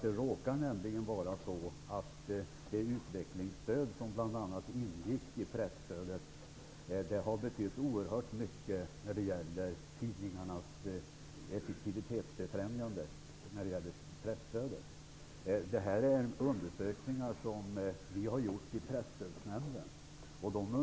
Det råkar nämligen vara så att det utvecklingsstöd som bl.a. ingår i presstödet har betytt oerhört mycket för tidningarnas effektivitetsbefrämjande. Detta visar undersökningar som Presstödsnämnden har gjort.